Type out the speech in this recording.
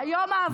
היום יום האהבה.